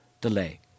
delay